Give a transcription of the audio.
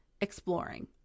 exploring